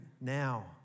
now